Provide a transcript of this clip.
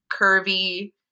curvy